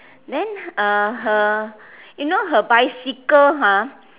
then uh her you know her bicycle ha